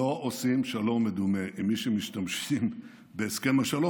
לא עושים שלום מדומה עם מי שמשתמשים בהסכם השלום